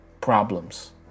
problems